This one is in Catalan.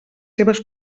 seves